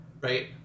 right